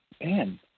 man